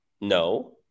No